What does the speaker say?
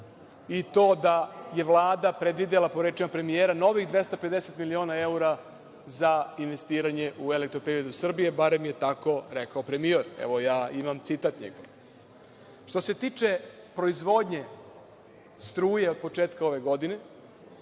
i to da je Vlada predvidela, po rečima premijera, novih 250 miliona evra za investiranje u EPS, barem je tako rekao premijer. Evo, ja imam njegov citat. Što se tiče proizvodnje struje od početka ove godine,